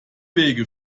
wege